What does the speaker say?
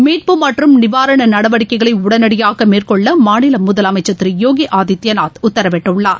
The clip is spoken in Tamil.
மீட்பு மற்றும் நிவாரண நடவடிக்கைகளை உடனடியாக மேற்கொள்ள அம்மாநில முதலமைச்சர் திரு யோகி ஆதித்யநாத் உத்தரவிட்டுள்ளார்